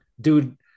Dude